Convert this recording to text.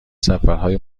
سفرهای